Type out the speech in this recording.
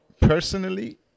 personally